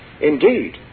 Indeed